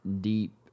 deep